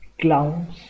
Clowns